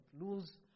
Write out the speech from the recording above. Lose